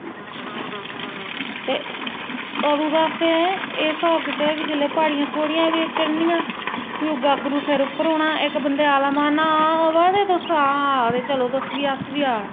ते अंदू दा असें एह् स्हाब कीते दा कि जेल्लै प्हाड़ियां थोह्ड़ियां बी चढ़नियां फ्ही ओह् गागरू सिर उप्पर होना इक बंदे आला मारना आं आवा दे तुस आं आवा दे चलो तुस बी अस बी आवा ने आं